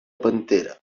pantera